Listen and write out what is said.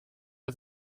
der